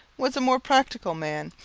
was a more practical man,